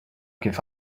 give